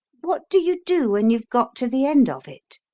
what do you do when you've got to the end of it?